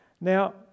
Now